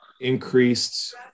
increased